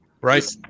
Right